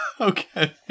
Okay